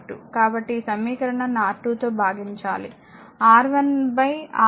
కాబట్టి ఈ సమీకరణాన్ని R2 తో భాగించాలి R1 R1 R2 i ను పొందుతాము